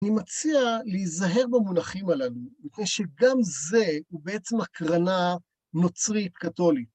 אני מציע להיזהר במונחים הללו, בפני שגם זה הוא בעצם הקרנה נוצרית-קתולית.